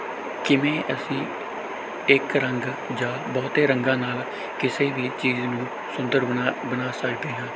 ਕਿਵੇਂ ਅਸੀਂ ਇੱਕ ਰੰਗ ਜਾਂ ਬਹੁਤੇ ਰੰਗਾਂ ਨਾਲ ਕਿਸੇ ਵੀ ਚੀਜ਼ ਨੂੰ ਸੁੰਦਰ ਬਣਾ ਬਣਾ ਸਕਦੇ ਹਾਂ